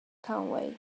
conway